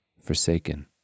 forsaken